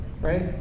right